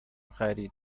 خرید